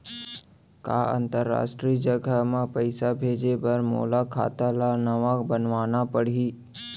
का अंतरराष्ट्रीय जगह म पइसा भेजे बर मोला खाता ल नवा बनवाना पड़ही?